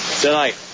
tonight